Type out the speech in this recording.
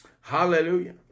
Hallelujah